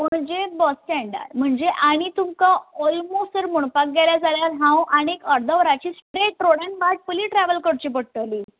Panaji bus स्टँडार म्हणजे आनी तुमकां ऑलमोस जर म्हणपाक गेले जाल्यार हांव आणेक अर्द वराचेर स्ट्रेट रोडान वाट पयली ट्रॅवल करची पट्टली